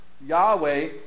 Yahweh